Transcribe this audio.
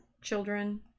children